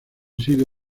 sido